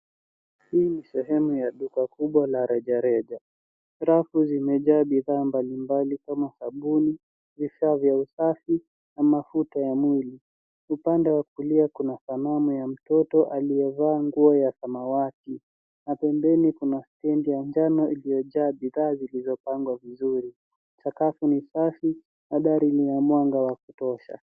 Sehemu ya duka la rejareja. Rafu zimejaa bidhaa mbalimbali zikiwemo sabuni, vifaa vya usafi, na bidhaa za nyumbani. Juu ya rafu kuna picha ya mtoto aliyevaa rangi ya samawati. Kando kuna stendi ya njano iliyojaa bidhaa zilizopangwa vizuri